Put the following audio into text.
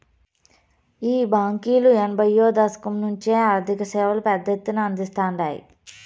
ఈ బాంకీలు ఎనభైయ్యో దశకం నుంచే ఆర్థిక సేవలు పెద్ద ఎత్తున అందిస్తాండాయి